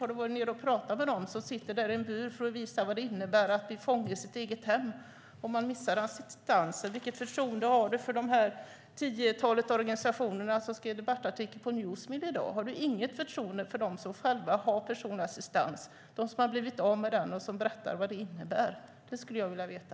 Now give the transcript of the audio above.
Har du varit nere och talat med dem som sitter där i en bur för att visa vad det innebär att bli fånge i sitt eget hem om man blir av med sin assistans? Vilket förtroende har du för det tiotal organisationer som skrev en debattartikel på Newsmill i dag? Har du inget förtroende för dem som själva har haft personlig assistans och blivit av med den och som berättar vad det innebär? Det skulle jag vilja veta.